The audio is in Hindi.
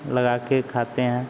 लगाके खाते हैं